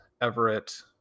Everett